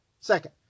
Second